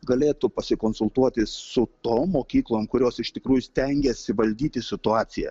galėtų pasikonsultuoti su tom mokyklom kurios iš tikrųjų stengiasi valdyti situaciją